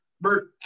Bert